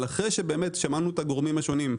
אבל אחרי ששמענו את הגורמים השונים,